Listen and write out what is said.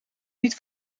niet